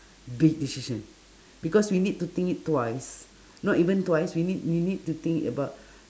big decision because we need to think it twice not even twice we need we need to think it about